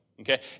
Okay